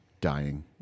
dying